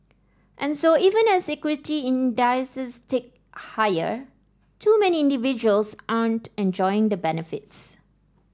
and so even as equity indices tick higher too many individuals aren't enjoying the benefits